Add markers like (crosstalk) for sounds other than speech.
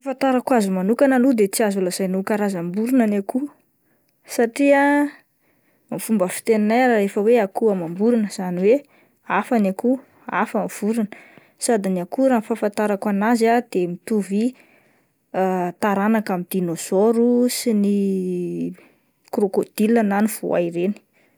Fahafantarako azy manokana aloha dia tsy azo lazaina ho karazam-borona ny akoho satria ny fomba fiteninay ary efa hoe akoho amam-borona izany hoe hafa ny akoho hafa ny vorona sady ny akoho raha ny fahafantarako an'azy ah de mitovy (hesitation) taranaka amin'ny dinôzôro sy ny crocodile na ny voay reny.